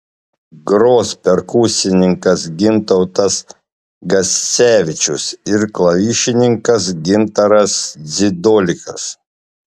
gros perkusininkas gintautas gascevičius ir klavišininkas gintaras dzidolikas